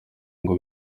ngo